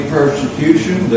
persecution